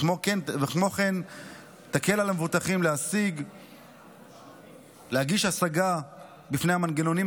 וכן תקל על המבוטחים להגיש השגה בפני המנגנונים